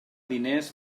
diners